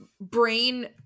brain